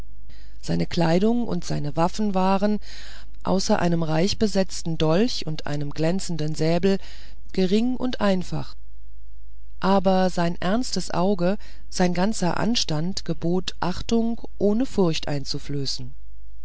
seine kleidung und seine waffen waren außer einem reichbesetzten dolch und einem glänzenden säbel gering und einfach aber sein ernstes auge sein ganzer anstand gebot achtung ohne furcht einzuflößen